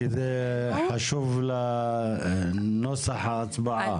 כי זה חשוב לנוסח ההצבעה.